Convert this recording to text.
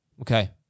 Okay